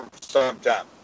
sometime